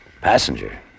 Passenger